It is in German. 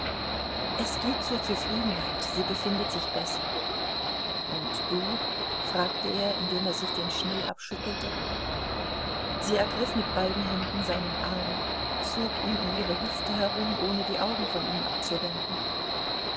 es geht zur zufriedenheit sie befindet sich besser und du fragte er indem er sich den schnee abschüttelte sie ergriff mit beiden händen seinen arm und zog ihn um ihre hüfte herum ohne die augen von ihm abzuwenden